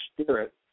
Spirit